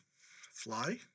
fly